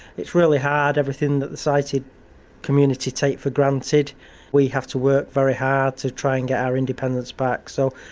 it's really hard. everything that the sighted community take for granted we have to work very hard to try and get our independence back. so,